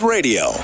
Radio